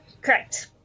Correct